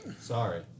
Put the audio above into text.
Sorry